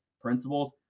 principles